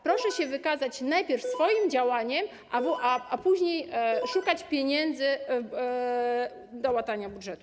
Proszę się wykazać najpierw swoim działaniem, a później szukać pieniędzy na łatanie budżetu.